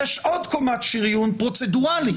יש עוד קומת שריון פרוצדורלית,